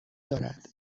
دارد